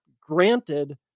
granted